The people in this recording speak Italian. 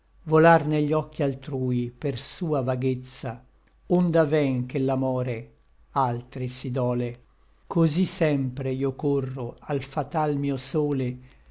volar negli occhi altrui per sua vaghezza onde aven ch'ella more altri si dole cosí sempre io corro al fatal mio sole